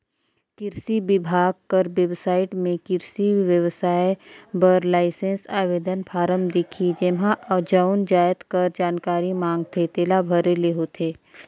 किरसी बिभाग कर बेबसाइट में किरसी बेवसाय बर लाइसेंस आवेदन फारम दिखही जेम्हां जउन जाएत कर जानकारी मांगथे तेला भरे ले होथे